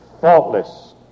faultless